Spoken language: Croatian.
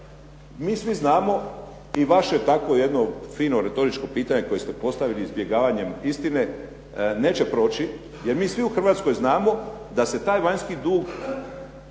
mi svi znamo i vaše je tako jedno fino retoričko pitanje koje ste postavili izbjegavanjem istine neće proći jer mi svi u Hrvatskoj znamo da se taj vanjski dug,